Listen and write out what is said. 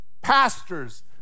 pastors